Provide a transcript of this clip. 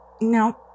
No